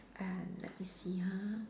and let me see ha